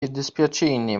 jiddispjaċini